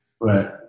Right